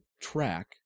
track